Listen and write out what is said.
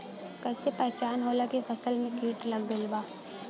कैसे पहचान होला की फसल में कीट लग गईल बा?